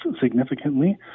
significantly